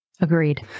Agreed